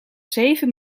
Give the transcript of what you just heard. zeven